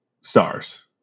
stars